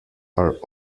are